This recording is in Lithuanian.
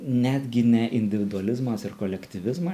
netgi ne individualizmas ir kolektyvizma